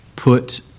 put